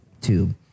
tube